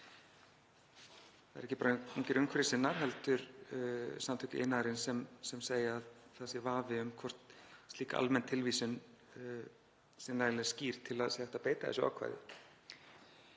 Það eru ekki bara ungir umhverfissinnar heldur Samtök iðnaðarins sem segja að það sé vafi um hvort slík almenn tilvísun sé nægilega skýr til að hægt sé að beita þessu ákvæði.